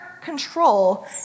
control